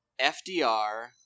FDR